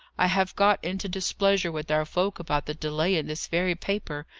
i have got into displeasure with our folk about the delay in this very paper,